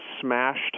smashed